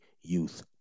Youth